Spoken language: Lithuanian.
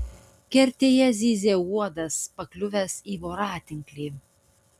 kertėje zyzė uodas pakliuvęs į voratinklį